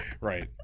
right